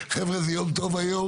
חבר'ה זה יום טוב היום.